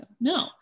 no